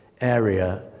area